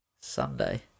Sunday